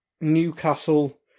Newcastle